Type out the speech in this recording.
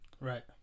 Right